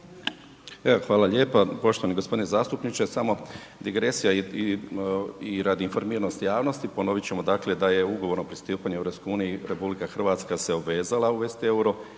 hvala lijepa poštovani g. zastupniče, samo digresija i radi informiranosti javnosti ponovit ćemo dakle da je Ugovorom o pristupanju EU, RH se obvezala uvesti EUR-o